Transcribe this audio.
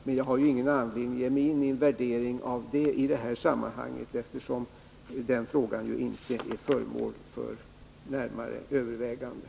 Men jag har ingen anledning att ge mig in i en värdering av det i det här sammanhanget eftersom den frågan inte är föremål för närmare överväganden.